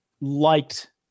liked